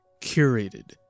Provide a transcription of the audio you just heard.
curated